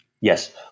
Yes